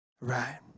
Right